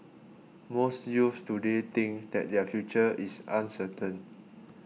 most youths today think that their future is uncertain